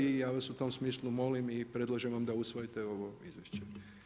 I ja vas u tom smislu molim i predlažem vam da usvojite ovo izvješće.